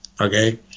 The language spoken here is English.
okay